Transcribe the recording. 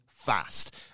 Fast